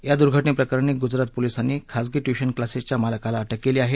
या दुर्घटनेप्रकरणी गुजरात पोलिसांनी खाजगी ट्यूशन क्लासेसच्या मालकाला अटक केली आहे